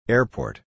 Airport